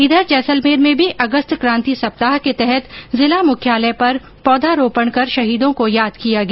इधर जैसलमेर में भी अगस्त क्रांति सप्ताह के तहत जिला मुख्यालय पर पौधारोपण कर शहीदों को याद किया गया